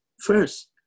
First